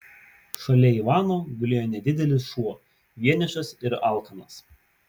šalia ivano gulėjo nedidelis šuo vienišas ir alkanas